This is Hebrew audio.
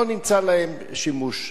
ולא נמצא להם שימוש,